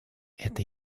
это